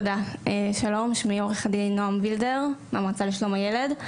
שלום, שמי עו"ד נעם וילדר מהמועצה לשלום הילד.